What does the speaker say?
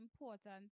important